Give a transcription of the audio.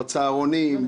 בצהרונים,